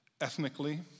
ethnically